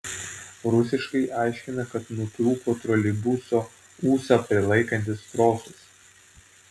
rusiškai aiškina kad nutrūko troleibuso ūsą prilaikantis trosas